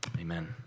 amen